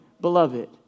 beloved